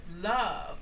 love